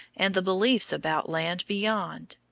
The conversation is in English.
and the beliefs about land beyond.